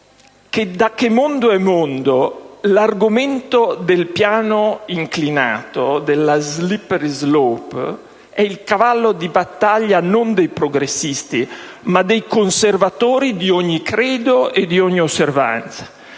da che mondo è mondo, l'argomento del piano inclinato, della *slippery* *slope*, è il cavallo di battaglia non dei progressisti, ma dei conservatori di ogni credo e di ogni osservanza.